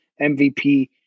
MVP